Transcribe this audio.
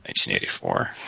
1984